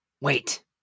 wait